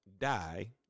die